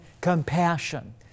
compassion